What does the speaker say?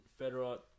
Federer